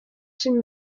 tim